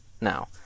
now